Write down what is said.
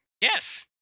Yes